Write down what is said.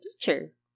teacher